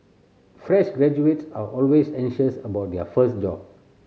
fresh graduates are always anxious about their first job